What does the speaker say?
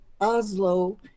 Oslo